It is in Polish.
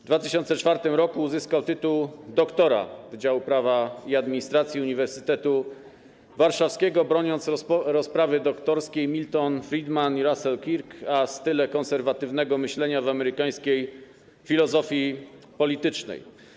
W 2004 r. uzyskał tytuł doktora Wydziału Prawa i Administracji Uniwersytetu Warszawskiego, broniąc rozprawy doktorskiej „Milton Friedman i Russell Kirk - a style konserwatywnego myślenia w amerykańskiej filozofii politycznej”